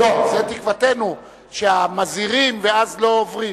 לא, זו תקוותנו, שמזהירים ואז לא עוברים.